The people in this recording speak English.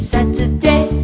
Saturday